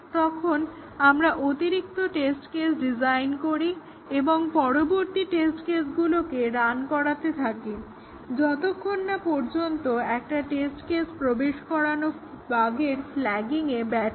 তখন আমরা অতিরিক্ত টেস্ট কেস ডিজাইন করি এবং পরবর্তী টেস্ট কেসগুলোকে রান করাতে থাকি যতক্ষণ না পর্যন্ত একটা টেস্ট কেস প্রবেশ করানো বাগের ফ্ল্যাগিং এ ব্যর্থ হয়